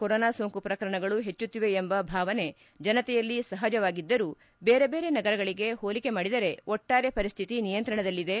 corona ಸೋಂಕು ಪ್ರಕರಣಗಳು ಹೆಚ್ಚುತ್ತಿವೆ ಎಂಬ ಭಾವನೆ ಜನತೆಯಲ್ಲಿ ಸಹಜವಾಗಿದ್ದರೂ ಬೇರೆ ಬೇರೆ ನಗರಗಳಗೆ ಹೋಲಿಕೆ ಮಾಡಿದರೆ ಒಟ್ಟಾರೆ ಪರಿಸ್ಥಿತಿ ನಿಯಂತ್ರಣದಲ್ಲಿದೆ